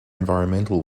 environmental